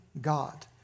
God